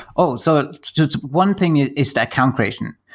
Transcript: oh! so one thing is the account creation,